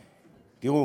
תראו,